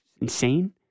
Insane